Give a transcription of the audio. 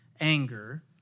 Anger